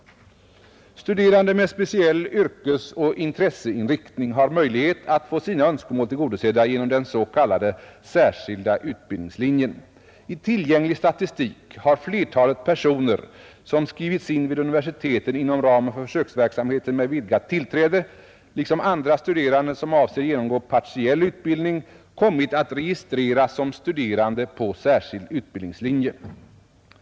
Studerande med speciell yrkeseller intresseinriktning har möjlighet att få sina önskemål tillgodosedda genom s.k. särskild utbildningslinje. I tillgänglig statistik har flertalet personer som skrivits in vid universiteten inom ramen för försöksverksamheten med vidgat tillträde, liksom andra studerande som avser genomgå partiell utbildning, kommit att registreras som studerande på särskild utbildningslinje.